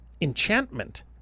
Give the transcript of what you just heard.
Enchantment